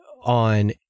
On